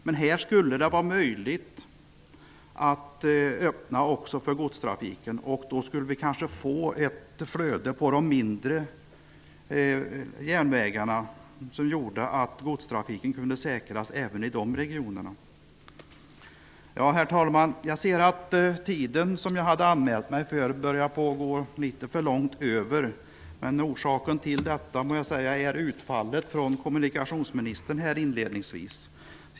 Men här skulle det vara möjligt att öppna också för godstrafiken. Då skulle vi kanske få ett flöde på de mindre järnvägarna som gjorde att godstrafiken kunde säkras även i de regionerna. Herr talman! Jag ser att jag börjar gå litet för långt över tiden som jag hade anmält mig för, men orsaken till det är, må jag säga, utfallet som kommunikationsministern gjorde inledningsvis.